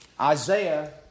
Isaiah